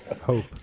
hope